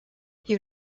you